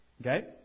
okay